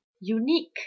unique